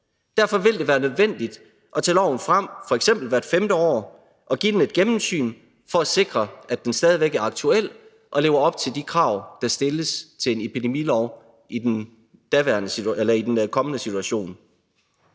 Derfor vil det være nødvendigt at tage loven frem, f.eks. hvert femte år, og give den et gennemsyn for at sikre, at den stadig væk er aktuel og lever op til de krav, der stilles til en epidemilov i den kommende situation.